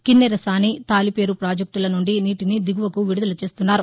కిన్నెరసాని తాలిపేరు ప్రాజెక్టులనుండి నీటిని దిగువకు విడుదల చేస్తున్నారు